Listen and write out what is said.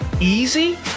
easy